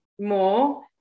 more